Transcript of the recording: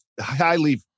highly